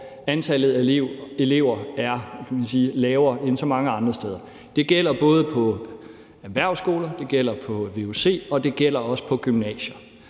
– kan man sige – er lavere end så mange andre steder. Det gælder både på erhvervsskoler, det gælder på vuc, og det gælder også på gymnasier.